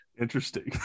Interesting